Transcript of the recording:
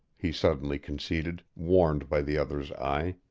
he suddenly conceded, warned by the other's eye.